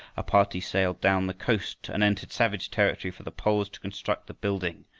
a party sailed down the coast and entered savage territory for the poles to construct the building.